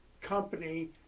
company